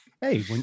Hey